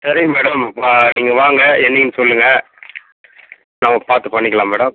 சரிங்க மேடம் பா நீங்கள் வாங்க என்னைக்கினு சொல்லுங்கள் நம்ம பார்த்து பண்ணிக்கலாம் மேடம்